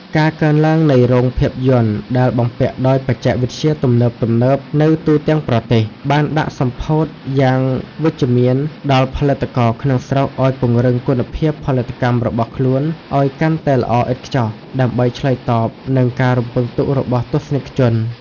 ការកើនឡើងនៃរោងភាពយន្តដែលបំពាក់ដោយបច្ចេកវិទ្យាទំនើបៗនៅទូទាំងប្រទេស បានដាក់សម្ពាធយ៉ាងវិជ្ជមានដល់ផលិតករក្នុងស្រុកឱ្យពង្រឹងគុណភាពផលិតកម្មរបស់ខ្លួនឱ្យកាន់តែល្អឥតខ្ចោះដើម្បីឆ្លើយតបនឹងការរំពឹងទុករបស់ទស្សនិកជន។